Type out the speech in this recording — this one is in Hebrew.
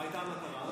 מה הייתה המטרה?